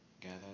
Gather